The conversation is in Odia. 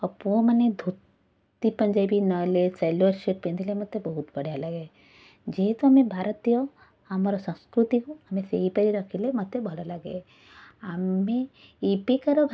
ଓ ପୁଅମାନେ ଧୋତି ପଞ୍ଜାବୀ ନହଲେ ସାଲୱାର୍ ସୁଟ୍ ପିନ୍ଧିଲେ ମୋତେ ବହୁତ ବଢ଼ିଆ ଲାଗେ ଯେହେତୁ ଆମେ ଭାରତୀୟ ଆମର ସଂସ୍କୃତିକୁ ଆମେ ସେହିପରି ରଖିଲେ ମୋତେ ଭଲ ଲାଗେ ଆମେ ଏବେକାର